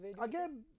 again